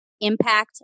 impact